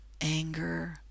anger